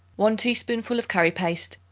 one teaspoonful of curry paste,